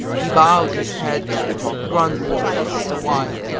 he bowed his head groundwards awhile,